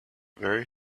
very